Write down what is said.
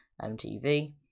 MTV